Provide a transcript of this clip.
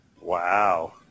Wow